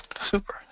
Super